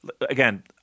again